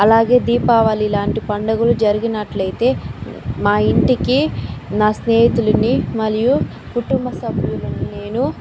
అలాగే దీపావళి లాంటి పండుగలు జరిగినట్లు అయితే మా ఇంటికి నా స్నేహితులని మరియు కుటుంబ సభ్యులను నేను